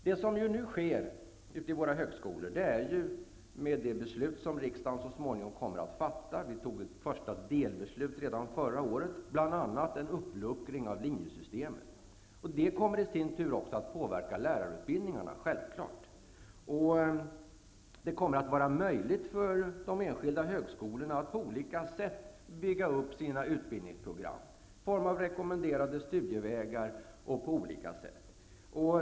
Det som sker ute på våra högskolor i och med det beslut som riksdagen så småningom kommer att fatta -- vi tog ett första delbeslut redan förra året -- är bl.a. en uppluckring av linjesystemet. Det kommer i sin tur självklart att påverka lärarutbildningarna. Det kommer att vara möjligt för de enskilda högskolorna att på olika sätt bygga upp sina utbildningsprogram i form av rekommenderade studievägar m.m.